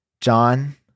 John